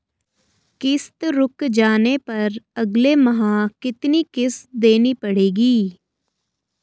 किश्त रुक जाने पर अगले माह कितनी किश्त देनी पड़ेगी?